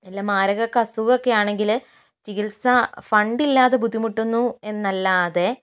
ഇല്ല മാരക ഒക്കെ അസുഖം ഒക്കെ ആണെങ്കില് ചികിത്സ ഫണ്ട് ഇല്ലാതെ ബുദ്ധിമുട്ടുന്നു എന്നല്ലാതെ